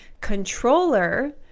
controller